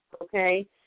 Okay